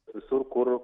visur kur